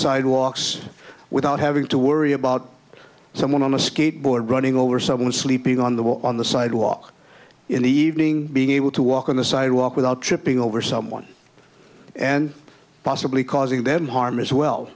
sidewalks without having to worry about someone on a skateboard running over someone sleeping on the wall on the sidewalk in the evening being able to walk on the sidewalk without tripping over someone and possibly causing them harm as well